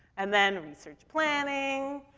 and then research planning,